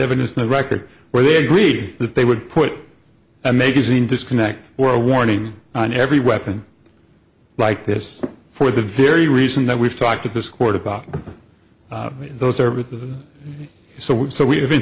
evidence in the record where they agreed that they would put a magazine disconnect or a warning on every weapon like this for the very reason that we've talked at this court about those services so we so we have in